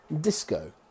Disco